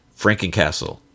Frankencastle